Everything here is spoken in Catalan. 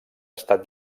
estat